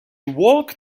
walked